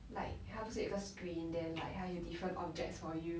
like how to say 有一个 screen then like 他有 different objects for you